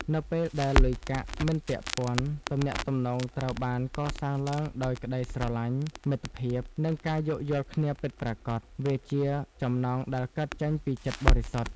នៅពេលដែលលុយកាក់មិនពាក់ព័ន្ធ ទំនាក់ទំនងត្រូវបានកសាងឡើងដោយក្ដីស្រឡាញ់ មិត្តភាព និងការយោគយល់គ្នាពិតប្រាកដ វាជាចំណងដែលកើតចេញពីចិត្តបរិសុទ្ធ។